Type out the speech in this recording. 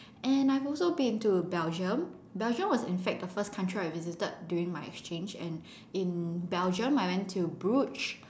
and I've also been to Belgium Belgium was in fact the first country I visited during my exchange and in Belgium I went to Bruges